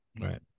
Right